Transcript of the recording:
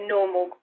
normal